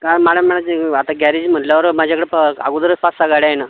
काय मॅडम माझे आता गॅरेज म्हटल्यावर माझ्याकडं पहा आगोदरचं पाच सहा गाड्या आहे ना